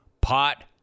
pot